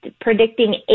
predicting